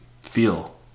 feel